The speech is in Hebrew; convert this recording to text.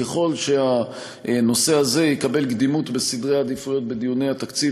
ככל שהנושא הזה יקבל קדימות בסדרי העדיפויות בדיוני התקציב,